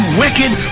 wicked